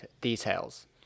details